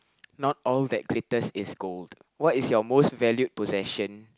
not all that glitters is gold what is your most valued possession